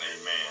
amen